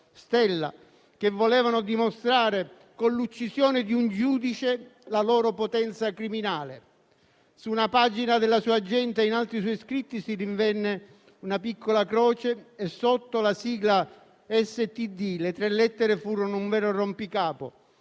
che volevano dimostrare, con l'uccisione di un giudice, la loro potenza criminale. Su una pagina della sua agenda e in altri suoi scritti si rinvenne una piccola croce e sotto la sigla STD; le tre lettere furono un vero rompicapo;